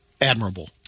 admirable